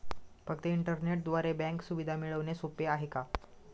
फक्त इंटरनेटद्वारे बँक सुविधा मिळणे सोपे आहे का?